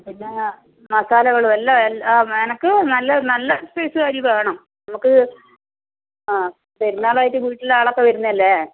പിന്നെ മസാലകളും എല്ലാം എല്ലാം എനിക്ക് നല്ല നല്ല സൈസ് അരി വേണം നമുക്ക് ആ പെരുന്നാളായിട്ട് വീട്ടിൽ ആളൊക്കെ വരുന്നതല്ലേ